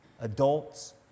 adults